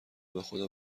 بخدا